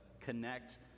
connect